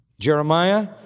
Jeremiah